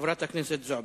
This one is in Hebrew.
חברת הכנסת חנין זועבי.